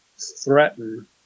threaten